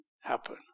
happen